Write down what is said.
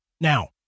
Now